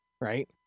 right